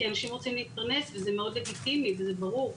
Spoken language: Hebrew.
כי אנשים רוצים להתפרנס וזה מאוד לגיטימי וזה ברור.